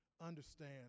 understand